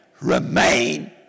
remain